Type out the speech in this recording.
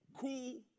cool